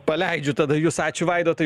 paleidžiu tada jus ačiū vaidotui